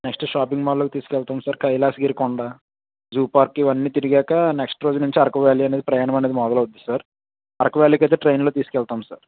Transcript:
next shopping మాల్లో తీసుకు వెళ్తాం సార్ కైలాసగిరి కొండ జూ పార్క్ ఇవన్నీ తిరిగాక నెక్స్ట్ రోజు నుంచి అరకు వ్యాలీ అనేది ప్రయాణం అనేది మొదలు అవుద్ది సార్ అరకు వ్యాలీలి అయితే ట్రైన్లో తీసుకు వెళ్తాం సార్